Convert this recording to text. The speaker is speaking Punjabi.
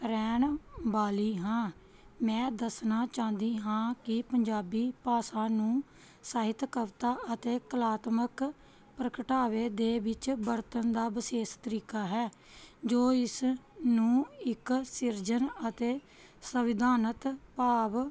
ਰਹਿਣ ਵਾਲੀ ਹਾਂ ਮੈਂ ਦੱਸਣਾ ਚਾਹੁੰਦੀ ਹਾਂ ਕਿ ਪੰਜਾਬੀ ਭਾਸ਼ਾ ਨੂੰ ਸਾਹਿਤ ਕਵਿਤਾ ਅਤੇ ਕਲਾਤਮਕ ਪ੍ਰਗਟਾਵੇ ਦੇ ਵਿੱਚ ਵਰਤਨ ਦਾ ਵਿਸ਼ੇਸ਼ ਤਰੀਕਾ ਹੈ ਜੋ ਇਸ ਨੂੰ ਇੱਕ ਸਿਰਜਨ ਅਤੇ ਸੰਵਿਧਾਨਤ ਭਾਵ